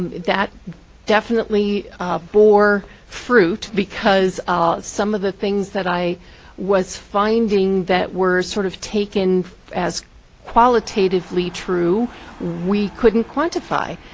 um that definitely bore fruit, because ah some of the things that i was finding that were sort of taken as qualitatively true we couldn't quantify.